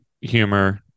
humor